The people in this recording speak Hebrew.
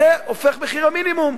זה הופך מחיר המינימום.